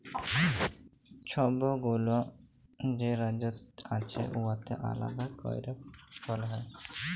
ছব গুলা যে রাজ্য আছে উয়াতে আলেদা ক্যইরে ফল হ্যয়